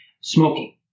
smoking